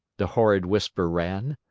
the horrid whisper ran.